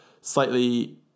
slightly